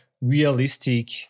realistic